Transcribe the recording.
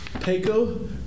Paco